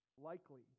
Likely